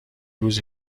روز